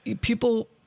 people